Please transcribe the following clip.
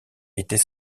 était